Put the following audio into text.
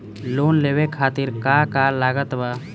Loan लेवे खातिर का का लागत ब?